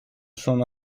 sono